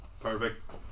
Perfect